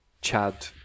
Chad